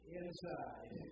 inside